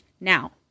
Now